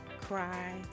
cry